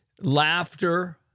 laughter